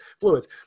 fluids